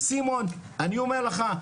וסימון, אני אומר לך,